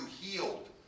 healed